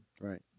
Right